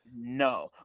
No